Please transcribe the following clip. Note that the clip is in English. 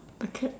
a cat